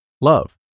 Love